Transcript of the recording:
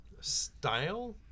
style